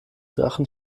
drachen